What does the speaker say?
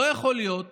לא יכול להיות